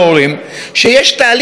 כשיש תהליך שכזה,